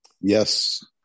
Yes